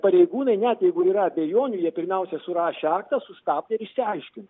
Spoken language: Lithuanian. pareigūnai net jeigu yra abejonių jie pirmiausia surašė aktą sustabdė ir išsiaiškino